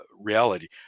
reality